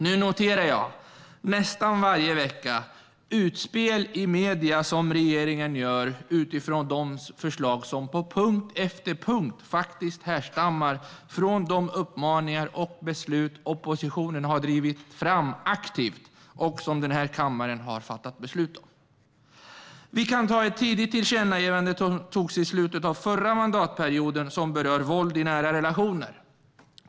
Jag noterar nu nästan varje vecka utspel från regeringen i medierna utifrån förslag som på punkt efter punkt härstammar från de uppmaningar som oppositionen har drivit fram aktivt och som den här kammaren har fattat beslut om. Ett exempel är ett tidigt tillkännagivande som togs i slutet av förra mandatperioden. Det handlade om våld i nära relationer.